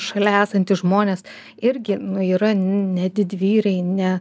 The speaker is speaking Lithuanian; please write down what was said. šalia esantys žmonės irgi numyra ne didvyriai ne